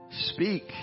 Speak